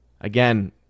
again